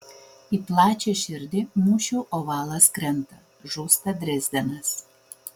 į plačią širdį mūšių ovalas krenta žūsta drezdenas